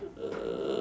uh